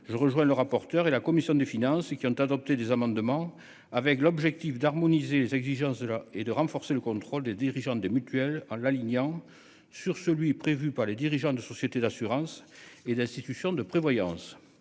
Je rejoins le rapporteur et la commission des finances et qui ont adopté des amendements avec l'objectif d'harmoniser les exigences de la et de renforcer le contrôle des dirigeants de des mutuelle en l'alignant sur celui prévu par les dirigeants de sociétés d'assurance et d'institutions de prévoyance.